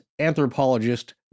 anthropologist